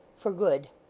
for good.